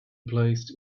placed